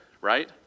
right